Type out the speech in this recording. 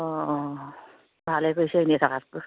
অঁ অঁ ভালেই কৰিছে এনেই থকাতকৈ